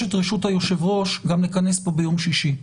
את רשות היושב-ראש גם לכנס פה ביום שישי.